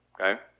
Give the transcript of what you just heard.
Okay